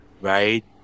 right